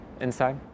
inside